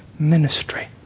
ministry